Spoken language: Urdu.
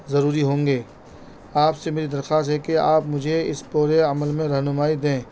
ضروری ہوں گے آپ سے میری درخواست ہے کہ آپ مجھے اس پورے عمل میں رہنمائی دیں